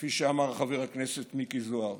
כפי שאמר חבר הכנסת מיקי זוהר,